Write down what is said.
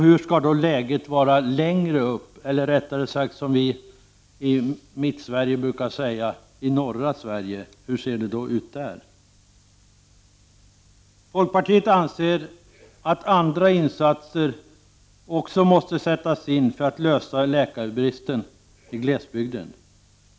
Hur skall det då inte se ut i, som vi i Mittsverige brukar säga, norra Sverige? Folkpartiet anser att andra insatser måste till för att lösa läkarbristen i glesbygden.